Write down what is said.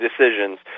decisions